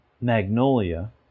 Magnolia